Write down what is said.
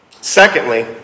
Secondly